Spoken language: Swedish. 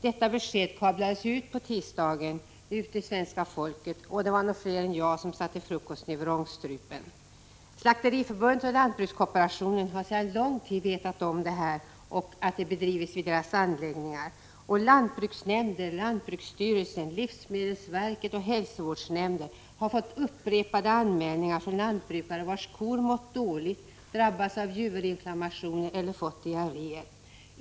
Detta besked kablades på tisdagen ut till svenska folket. Det var nog flera än jag som satte frukosten i vrångstrupen. Slakteriförbundet och lantbrukskooperationen har sedan lång tid känt till den här tillverkningen och att den bedrivits i deras anläggningar. Lantbruksnämnder, lantbruksstyrelsen, livsmedelsverket och hälsovårdsnämnder har fått upprepade anmälningar från lantbrukare vars kor mått dåligt, drabbats av juverinflammationer eller fått diarréer.